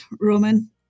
Roman